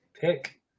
pick